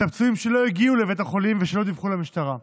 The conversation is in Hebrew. הפצועים שלא הגיעו לבית החולים ושלא דיווחו למשטרה.